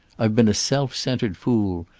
i've been a self-centered fool.